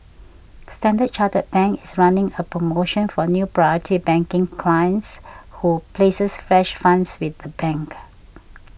Standard Chartered Singapore is running a promotion for new Priority Banking clients who places fresh funds with the bank